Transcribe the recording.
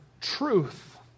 truth